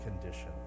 conditions